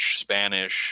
Spanish